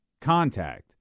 contact